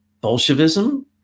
Bolshevism